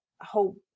hope